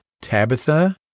Tabitha